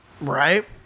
Right